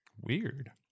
Weird